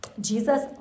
Jesus